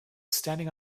standing